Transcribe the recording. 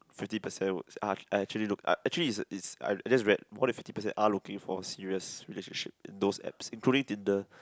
fifty percent would are are actually uh actually is is I just read more than fifty percent are looking for serious relationship in those apps including Tinder